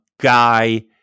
guy